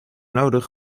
nodig